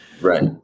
Right